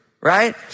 right